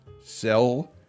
sell